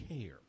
care